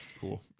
Cool